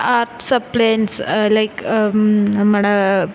art supplies like നമ്മുടേ